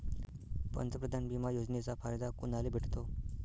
पंतप्रधान बिमा योजनेचा फायदा कुनाले भेटतो?